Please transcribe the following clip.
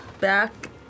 back